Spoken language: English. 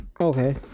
Okay